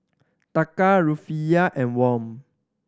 Taka Rufiyaa and Won